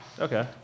Okay